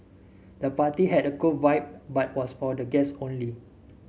the party had a cool vibe but was for guests only